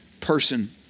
person